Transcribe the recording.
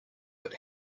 but